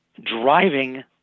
driving